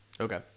Okay